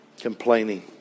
complaining